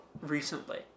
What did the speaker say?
recently